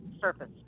Surface